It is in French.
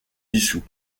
dissous